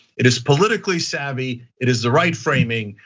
it is politically savvy, it is the right framing,